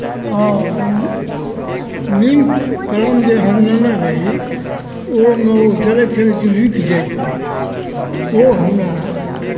हँ लिंक कलम जे हम लेने रही ओहिमे ओ चलैत चलैत रुकि जाइत रहै ओ हमरा